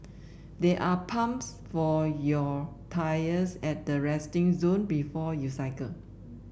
there are pumps for your tyres at the resting zone before you cycle